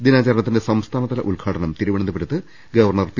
ദിനാചരണത്തിന്റെ സംസ്ഥാനതല ഉദ്ഘാടനം തിരുവനന്തപുരത്ത് ഗവർണർ പി